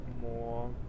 more